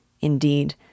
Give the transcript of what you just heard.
Indeed